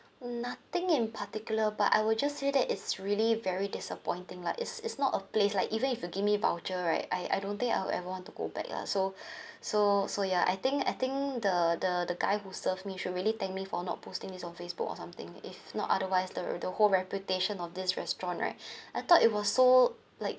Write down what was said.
nothing in particular but I would just feel that it's really very disappointing lah it's it's not a place like even if you give me voucher right I I don't think I'll ever want to go back lah so so so ya I think I think the the the guy who served me should really thank me for not posting this on facebook or something if not otherwise the the whole reputation of this restaurant right I thought it was so like